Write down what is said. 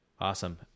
Awesome